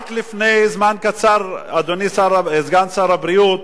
רק לפני זמן קצר, אדוני סגן שר הבריאות,